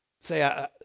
say